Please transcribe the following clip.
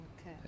Okay